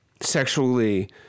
sexually